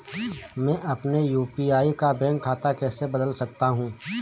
मैं अपने यू.पी.आई का बैंक खाता कैसे बदल सकता हूँ?